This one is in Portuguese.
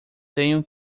tenho